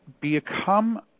become